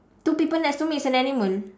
two people as long it's an animal